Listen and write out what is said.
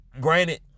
granted